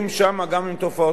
זה לא מנחם אותנו,